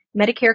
Medicare